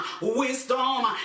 wisdom